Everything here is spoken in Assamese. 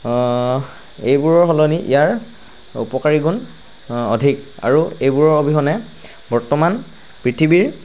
এইবোৰৰ সলনি ইয়াৰ উপকাৰী গুণ অধিক আৰু এইবোৰৰ অবিহনে বৰ্তমান পৃথিৱীৰ